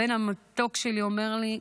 הבן המתוק שלי אומר לי,